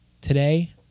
Today